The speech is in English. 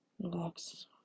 Relax